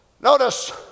Notice